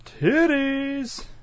titties